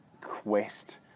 quest